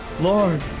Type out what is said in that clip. Lord